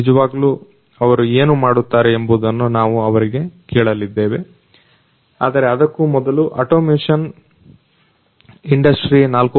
ನಿಜವಾಗಲೂ ಅವರು ಏನು ಮಾಡುತ್ತಾರೆ ಎಂಬುದನ್ನು ನಾವು ಅವರಿಗೆ ಕೇಳಲಿದ್ದೇವೆ ಆದರೆ ಅದಕ್ಕೂ ಮೊದಲು ಅಟೋಮೇಶನ್ ಇಂಡಸ್ಟ್ರಿ4